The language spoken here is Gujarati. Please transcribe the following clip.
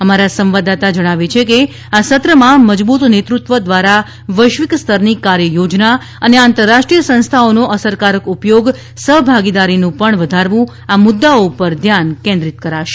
અમારા સંવાદદાતા જણાવે છે કે આ સત્રમાં મજબૂત નેતૃત્વ દ્વારા વૈશ્વિક સ્તરની કાર્યયોજના અને આંતરરાષ્રીનેય સંસ્થાઓનો અસરકારક ઉપયોગ સહભાગીદારીનું પણ વધારવું આ મુદ્દાઓ ઉપર ધ્યાન કેન્રિપ્ત કરાશે